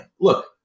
Look